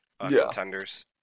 contenders